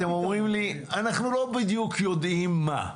חבר'ה, אתם אומרים לי: אנחנו לא בדיוק יודעים מה.